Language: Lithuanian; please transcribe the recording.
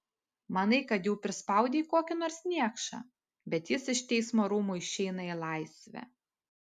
manai kad jau prispaudei kokį nors niekšą bet jis iš teismo rūmų išeina į laisvę